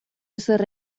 ezer